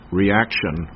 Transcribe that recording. reaction